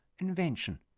invention